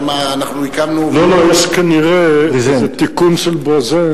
שם הקמנו, לא, לא, יש כנראה תיקון של ברזנט.